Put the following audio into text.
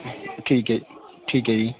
ਠੀਕ ਹੈ ਠੀਕ ਹੈ ਜੀ